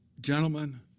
gentlemen